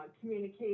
communicate